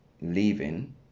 leaving